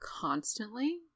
constantly